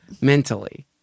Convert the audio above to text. mentally